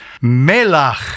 Melach